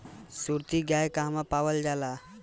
सुरती गाय कहवा पावल जाला?